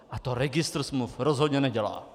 A to registr smluv rozhodně nedělá!